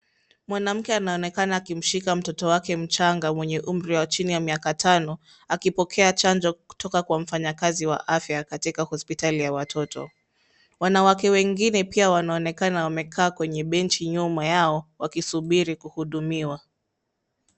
Mwanamke anaonekana akimshika mtoto wake mchanga mwenye umri wa chini ya miaka tano, akipokea chanjo kutoka kwa mfanyakazi wa afya katika hospitali ya watoto. Wanawake wengine pia wanaonekana wamekaa kwenye benchi nyuma yao wakisubiri kuhudumiwa.